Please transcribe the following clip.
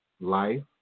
life